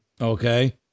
Okay